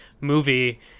movie